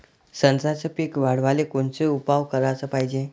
संत्र्याचं पीक वाढवाले कोनचे उपाव कराच पायजे?